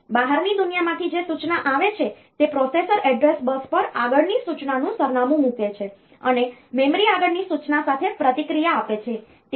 તેથી બહારની દુનિયામાંથી જે સૂચના આવે છે તે પ્રોસેસર એડ્રેસ બસ પર આગળની સૂચનાનું સરનામું મૂકે છે અને મેમરી આગળની સૂચના સાથે પ્રતિક્રિયા આપે છે